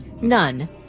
None